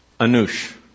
anush